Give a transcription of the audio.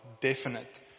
definite